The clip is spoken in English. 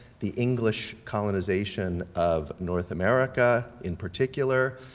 the english colonization of north america in particular,